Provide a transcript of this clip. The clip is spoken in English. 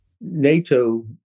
NATO